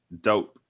dope